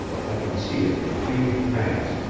i could see a confused mass,